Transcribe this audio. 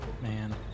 man